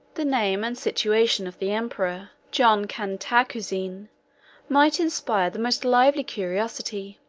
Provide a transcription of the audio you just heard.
the name and situation of the emperor john cantacuzene might inspire the most lively curiosity.